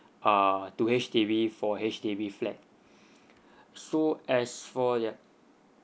uh to H_D_B for H_D_B flat so as for yup